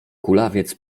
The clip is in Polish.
kulawiec